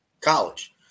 College